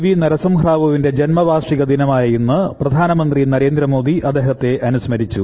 V നരസിംഹറാവുവിന്റെ ജന്മവാർഷിക ദിനമായ ഇന്ന് പ്രധാനമന്ത്രി നരേന്ദ്രമോദി അദ്ദേഹത്തെ അനുസ്മരിച്ചു